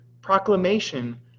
proclamation